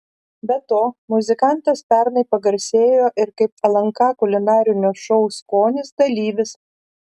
be to muzikantas pernai pagarsėjo ir kaip lnk kulinarinio šou skonis dalyvis